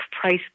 price